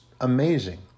amazing